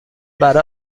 برا